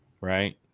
right